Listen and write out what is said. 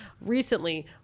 recently